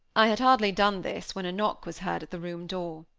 i had hardly done this when a knock was heard at the room door.